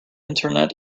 internet